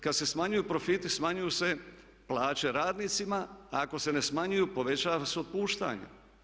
Kad se smanjuju profiti smanjuju se plaće radnicima, a ako se ne smanjuju povećava se otpuštanje.